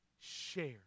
share